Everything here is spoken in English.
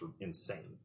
insane